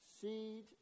seed